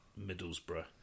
Middlesbrough